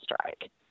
strike